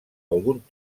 algun